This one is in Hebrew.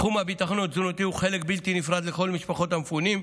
תחום הביטחון התזונתי הוא חלק בלתי נפרד לגבי כל משפחות המפונים,